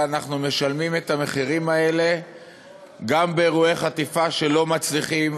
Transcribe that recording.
אבל אנחנו משלמים את המחירים האלה גם באירועי חטיפה שלא מצליחים,